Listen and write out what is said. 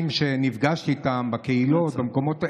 שנפגשת איתם בקהילות ובמקומות האלה,